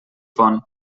font